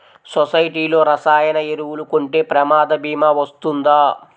సొసైటీలో రసాయన ఎరువులు కొంటే ప్రమాద భీమా వస్తుందా?